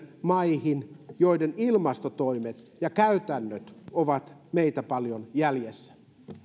maihin joiden ilmastotoimet ja käytännöt ovat meitä paljon jäljessä